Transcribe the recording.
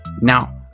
Now